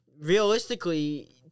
Realistically